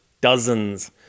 Dozens